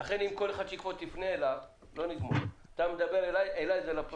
לכן אני מבקש שתדבר אליי וזה יהיה לפרוטוקול.